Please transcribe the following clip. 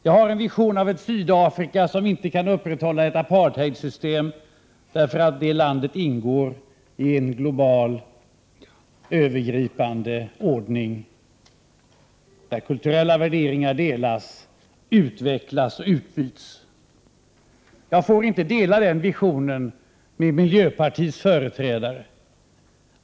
Jag har en vision av ett Sydafrika som inte kan upprätthålla ett apartheidsystem, därför att det landet ingår i en global övergripande ordning där kulturella värderingar delas, utvecklas och utbyts. Jag får inte dela denna vision med miljöpartiets företrädare.